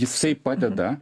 jisai padeda